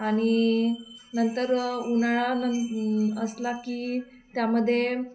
आणि नंतर उन्हाळा न असला की त्यामध्ये